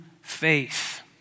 faith